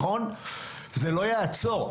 זה לא יעצור.